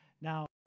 Now